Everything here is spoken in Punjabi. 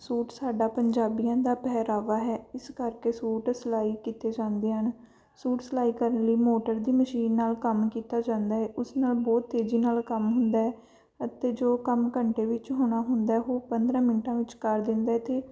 ਸੂਟ ਸਾਡਾ ਪੰਜਾਬੀਆਂ ਦਾ ਪਹਿਰਾਵਾ ਹੈ ਇਸ ਕਰਕੇ ਸੂਟ ਸਿਲਾਈ ਕੀਤੇ ਜਾਂਦੇ ਹਨ ਸੂਟ ਸਿਲਾਈ ਕਰਨ ਲਈ ਮੋਟਰ ਦੀ ਮਸ਼ੀਨ ਨਾਲ ਕੰਮ ਕੀਤਾ ਜਾਂਦਾ ਹੈ ਉਸ ਨਾਲ ਬਹੁਤ ਤੇਜ਼ੀ ਨਾਲ ਕੰਮ ਹੁੰਦਾ ਹੈ ਅਤੇ ਜੋ ਕੰਮ ਘੰਟੇ ਵਿੱਚ ਹੋਣਾ ਹੁੰਦਾ ਹੈ ਉਹ ਪੰਦਰ੍ਹਾਂ ਮਿੰਟਾਂ ਵਿੱਚ ਕਰ ਦਿੰਦਾ ਹੈ ਅਤੇ